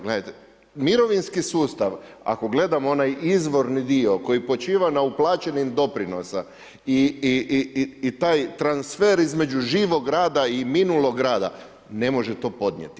Gledajte, mirovinski sustav, ako gledamo onaj izvorni dio koji počiva na uplaćenim doprinosa i taj transfer između živog rada i minulog rada, ne može to podnijeti.